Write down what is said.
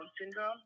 syndrome